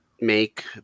make